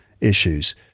issues